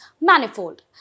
manifold